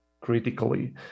critically